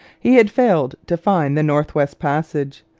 he had failed to find the north-west passage.